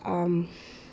um